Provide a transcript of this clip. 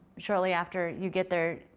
shortly after you get there,